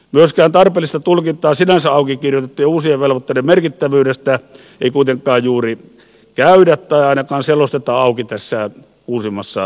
myöskään tarpeellista tulkintaa sinänsä auki kirjoitettujen uusien velvoitteiden merkittävyydestä ei kuitenkaan juuri käydä tai ainakaan selosteta auki tässä uusimmassa lausunnossa